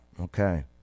okay